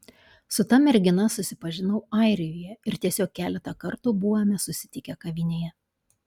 su ta mergina susipažinau airijoje ir tiesiog keletą kartų buvome susitikę kavinėje